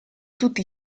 tutti